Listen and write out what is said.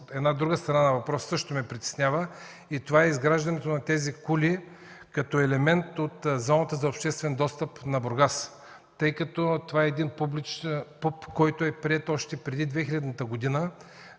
Една друга страна на въпроса също ме притеснява – изграждането на тези кули като елемент от зоната за обществен достъп на Бургас. Това е ПУП, който е приет още преди 2000 та година,